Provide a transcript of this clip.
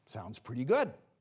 sounds pretty good.